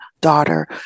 daughter